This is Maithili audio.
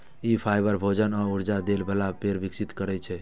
ई फाइबर, भोजन आ ऊर्जा दै बला पेड़ कें विकसित करै छै